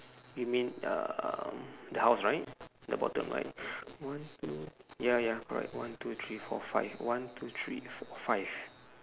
you mean um the house right the bottom right one two ya ya correct one two three four five one two three four five